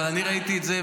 אבל אני ראיתי את זה,